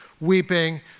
weeping